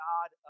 God